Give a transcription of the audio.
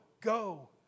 go